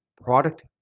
product